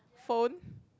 phone